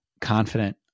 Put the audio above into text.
confident